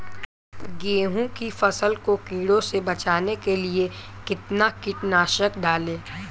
गेहूँ की फसल को कीड़ों से बचाने के लिए कितना कीटनाशक डालें?